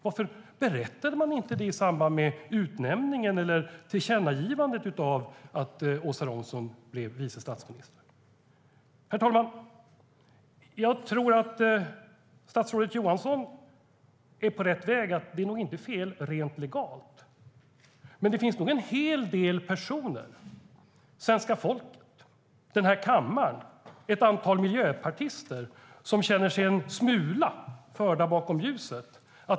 Varför berättade man inte det i samband med utnämningen eller tillkännagivandet om att Åsa Romson var vice statsminister? Herr talman! Jag tror att statsrådet Johansson är på rätt väg: Det är nog inte fel rent legalt. Men det finns nog en hel del personer i svenska folket och i den här kammaren och ett antal miljöpartister som känner sig en smula förda bakom ljuset.